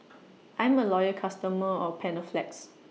I'm A Loyal customer of Panaflex